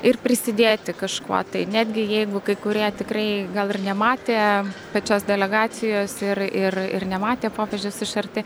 ir prisidėti kažkuo tai netgi jeigu kai kurie tikrai gal ir nematė pačios delegacijos ir ir ir nematė popiežiaus iš arti